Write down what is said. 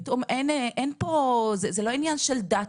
פתאום זה לא עניין של דת,